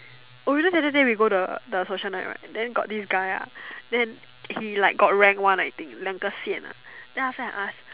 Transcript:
oh you know the other day we go the the social night what then got this guy ah then he like got rank one I think 两个线 ah then after that I ask